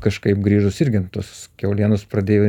kažkaip grįžus irgi tos kiaulienos pradėjo